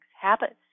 habits